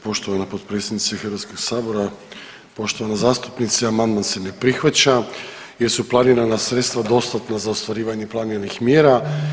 Poštovani potpredsjednice HS-a, poštovana zastupnice, amandman se ne prihvaća jer su planirana sredstva dostatna za ostvarivanje planiranih mjera.